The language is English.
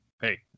hey